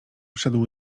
szedł